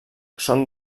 són